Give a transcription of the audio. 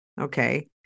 Okay